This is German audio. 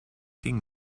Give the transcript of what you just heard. ging